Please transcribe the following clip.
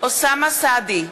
אוסאמה סעדי,